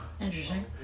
Interesting